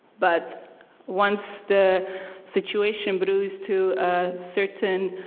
but once the situation brews to a certain,